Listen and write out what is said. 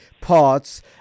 parts